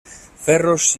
ferros